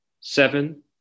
Seven